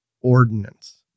ordinance